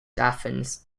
athens